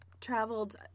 traveled